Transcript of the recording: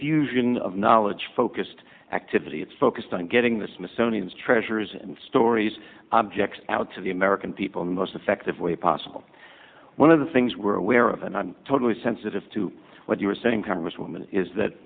defeat of knowledge focused activity it's focused on getting the smithsonian's treasures and stories objects out to the american people most effective way possible one of the things we're aware of and i'm totally sensitive to what you were saying congresswoman is that